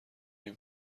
ایم